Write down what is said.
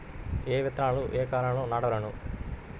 ఏ విత్తనాలు ఏ కాలాలలో నాటవలెను?